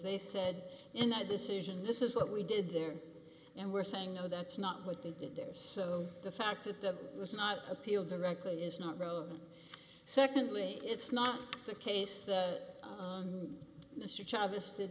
they said in that decision this is what we did there and we're saying no that's not what they did there so the fact that that was not appealed directly is not relevant secondly it's not the case